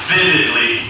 Vividly